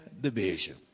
division